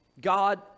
God